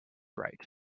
right